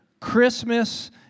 Christmas